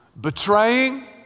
Betraying